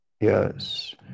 yes